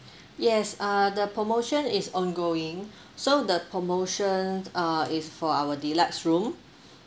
yes uh the promotion is ongoing so the promotion uh is for our deluxe room